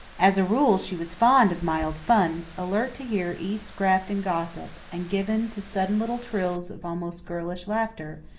as a rule she was fond of mild fun, alert to hear east grafton gossip, and given to sudden little trills of almost girlish laughter,